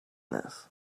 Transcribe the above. this